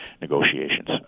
negotiations